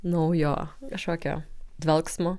naujo kažkokio dvelksmo